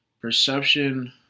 perception